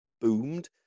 boomed